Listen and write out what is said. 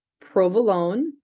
provolone